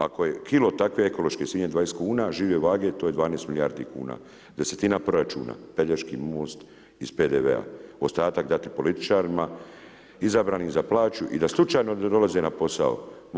Ako je kilo takve ekološke svinje 20 kuna žive vage to je 12 milijardi kuna, desetina proračuna, Pelješki most iz PDV-a, ostatak dati političarima izabranim za plaću i da slučajno ne dolaze na posao.